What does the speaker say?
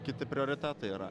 kiti prioritetai yra